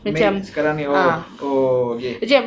marriage sekarang ni ke apa oh okay